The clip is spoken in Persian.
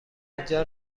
اینجا